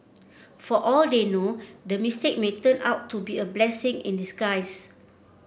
for all they know the mistake may turn out to be a blessing in disguise